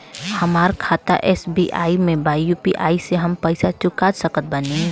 हमारा खाता एस.बी.आई में बा यू.पी.आई से हम पैसा चुका सकत बानी?